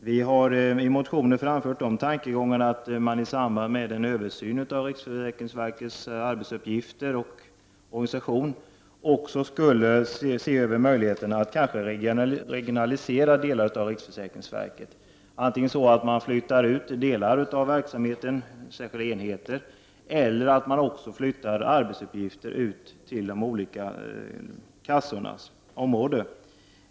Vi har i vår motion framfört tanken att man i samband med översynen av riksförsäkringsverkets arbetsuppgifter och organisation också skulle se över möjligheterna att regionalisera delar av riksförsäkringsverket, så att man flyttar ut delar av verksamheten i enskilda enheter eller flyttar verkets arbetsuppgifter ut till de olika kassornas områden.